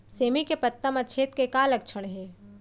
सेमी के पत्ता म छेद के का लक्षण हे?